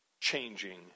changing